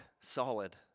solid